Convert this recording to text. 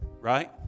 right